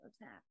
attack